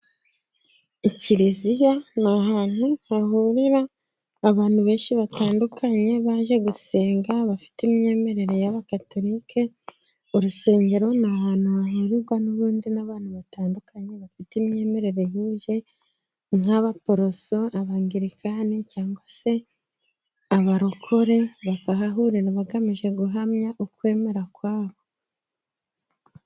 Ikiliziya ni ahantu hahurira abantu benshi batandukanye baje gusenga bafite imyemerere y'abakatolike, urusengero ni ahantu hahurirwa n'ubundi n'abantu batandukanye bafite imyemerere ihuje, nk'abaporoso, abangilikani cyangwa se abarokore, bakahahurira bagamije guhamya ukwemera kwabo.